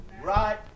right